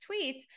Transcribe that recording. tweets